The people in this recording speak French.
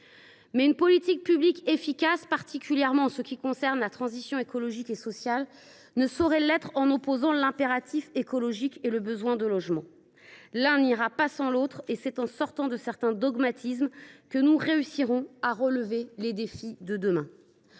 Mais une politique publique, particulièrement pour ce qui concerne la transition écologique et sociale, ne saurait être efficace en opposant l’impératif écologique au besoin de logements. L’un n’ira pas sans l’autre : c’est en se libérant de certains dogmatismes que nous réussirons à relever les défis de demain.